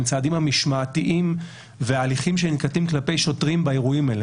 שהם הצעדים המשמעתיים וההליכים שננקטים כלפי שוטרים באירועים האלה.